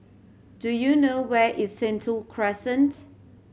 do you know where is Sentul Crescent